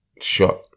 shot